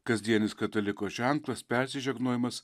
kasdienis kataliko ženklas peržegnojamas